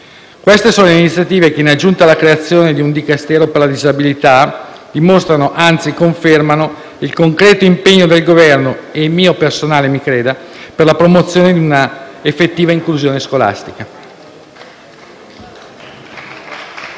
Queste sono le iniziative che, in aggiunta alla creazione di un Dicastero per la disabilità, dimostrano, anzi confermano, il concreto impegno del Governo, e mio personale - mi creda - per la promozione di una effettiva inclusione scolastica.